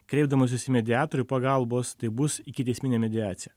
kreipdamasis į mediatorių pagalbos tai bus ikiteisminė mediacija